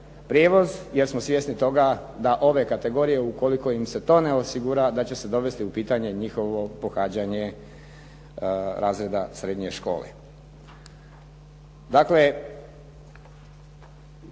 prijevoz jer smo svjesni toga da ove kategorije, ukoliko im se to ne osigura, da će se dovesti u pitanje njihovo pohađanje razreda srednje škole. Dakle,